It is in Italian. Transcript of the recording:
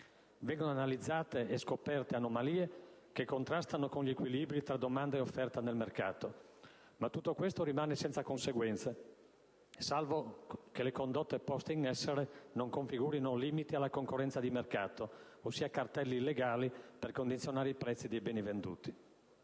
Vengono analizzate e scoperte anomalie che contrastano con gli equilibri tra domanda e offerta nel mercato. Ma tutto questo rimane senza conseguenze, salvo che le condotte poste in essere non configurino limiti alla concorrenza di mercato, ossia cartelli illegali per condizionare i prezzi dei beni venduti.